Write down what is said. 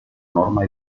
norma